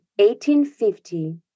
1850